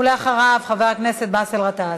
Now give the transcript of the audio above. ולאחריו, חבר הכנסת באסל גטאס.